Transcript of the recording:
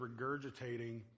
regurgitating